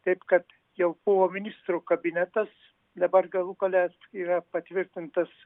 taip kad jau buvo ministrų kabinetas dabar galų gale yra patvirtintas